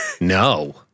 no